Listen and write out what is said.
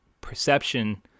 perception